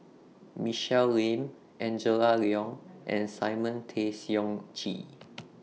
Michelle Lim Angela Liong and Simon Tay Seong Chee